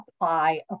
apply